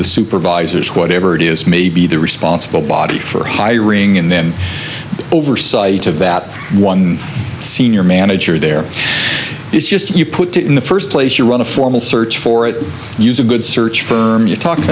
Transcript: the supervisors or whatever it is may be the responsible body for hiring and then oversight of that one senior manager there is just you put it in the first place you run a formal search for it and use a good search firm you talk